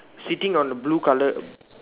sitting on the blue colour